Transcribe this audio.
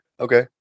Okay